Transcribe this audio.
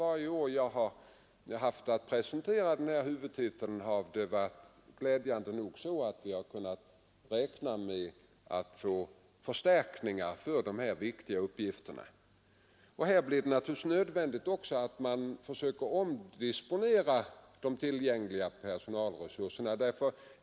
Varje år jag haft att presentera denna huvudtitel, har vi glädjande nog kunnat räkna med att få förstärkningar för dessa viktiga uppgifter. Det blir naturligtvis också nödvändigt att omdisponera de tillgängliga personalresurserna.